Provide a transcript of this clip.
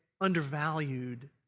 undervalued